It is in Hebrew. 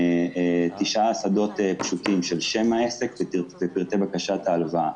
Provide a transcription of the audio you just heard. תשעה שדות פשוטים של שם העסק ופרטי בקשת ההלוואה,